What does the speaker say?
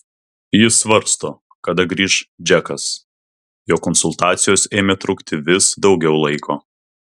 ji svarsto kada grįš džekas jo konsultacijos ėmė trukti vis daugiau laiko